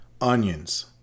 onions